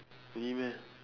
really meh